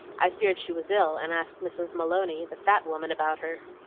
i feared she was ill, and asked mrs. maloney, the fat woman, about her.